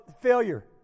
failure